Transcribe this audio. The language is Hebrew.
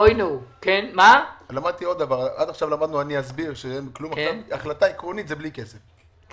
עד עכשיו למדנו אני אסביר, שאין